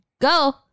Go